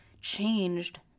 changed